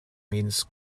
means